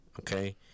okay